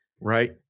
Right